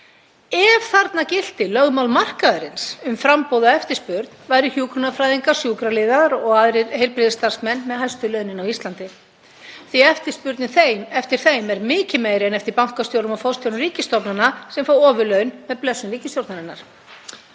Ef þarna gilti lögmál markaðarins um framboð og eftirspurn væru hjúkrunarfræðingar, sjúkraliðar og aðrir heilbrigðisstarfsmenn með hæstu launin á Íslandi því að eftirspurnin eftir þeim er mikið meiri en eftir bankastjórum og forstjórum ríkisstofnana sem fá ofurlaun með blessun ríkisstjórnarinnar.